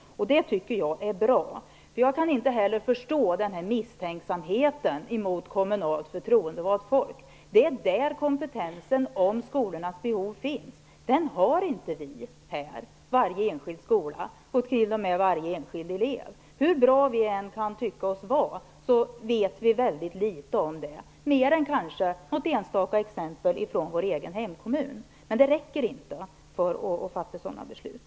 Det tycker jag är bra. Jag kan inte heller förstå misstänksamheten mot kommunalt förtroendevalt folk. Det är där kompetensen i fråga om skolornas behov finns. Den har inte vi här. Vi har inte kunskapen om varje enskild skola eller t.o.m. varje enskild elev. Hur bra vi än kan tycka oss vara vet vi väldigt litet om det, mer än kanske något enstaka exempel från vår egen hemkommun. Men det räcker inte för att fatta sådana beslut.